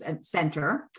center